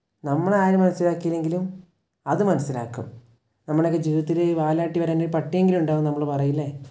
നമ്മളെ ആരും മനസ്സിലാക്കിയില്ലെങ്കിലും അത് മനസ്സിലാക്കും നമ്മുടെയൊക്കെ ജീവിതത്തിൽ വാലാട്ടി വരാനൊരു പട്ടിയെങ്കിലുമുണ്ടാവും എന്നു നമ്മൾ പറയില്ലേ